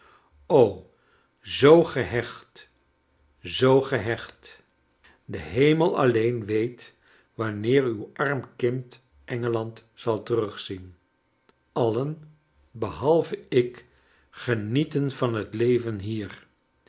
zoo gehecht zoo gehecht de hemel alleen weet wanneer uw arm kind engeland zal terugzien allen bebalve ik genieten van het leven hier